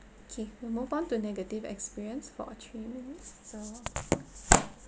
okay we'll move on to negative experience for our training so